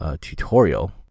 tutorial